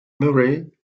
murray